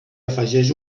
afegeix